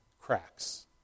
cracks